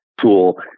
tool